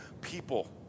people